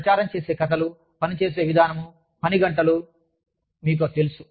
ప్రచారం చేసే కథలు పని చేసే విధానం పనిగంటలు మీకు తెలుసు